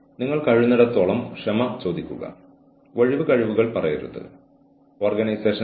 അവർക്ക് അവരുടെ പ്രവർത്തനങ്ങൾ ശരിയാക്കാൻ പിന്തുണ നൽകുകയും കൂടാതെ അവർക്ക് ന്യായമായ ഒരു കാലയളവ് നൽകുകയും ചെയ്യുക